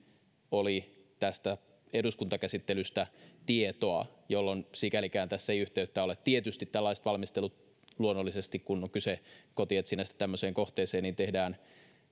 oli tästä eduskuntakäsittelystä tietoa jolloin sikälikään tässä ei yhteyttä ole tietysti tällaiset valmistelut luonnollisesti kun on kyse kotietsinnästä tämmöiseen kohteeseen tehdään